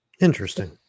Interesting